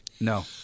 No